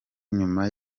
nyuma